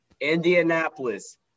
Indianapolis